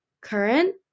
current